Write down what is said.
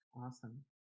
Awesome